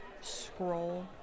scroll